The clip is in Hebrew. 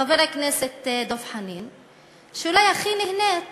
חבר הכנסת דב חנין, שאולי הכי נהנית